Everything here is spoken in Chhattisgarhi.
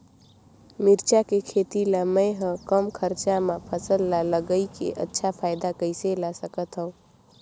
मिरचा के खेती ला मै ह कम खरचा मा फसल ला लगई के अच्छा फायदा कइसे ला सकथव?